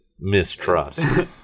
mistrust